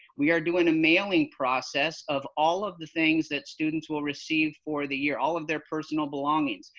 we are doing a mailing process of all of the things that students will receive for the year, all of their personal belongings.